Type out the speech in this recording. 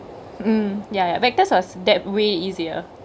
mm ya ya vectors was that way easier